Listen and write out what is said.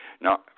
Now